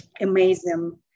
amazing